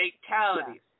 fatalities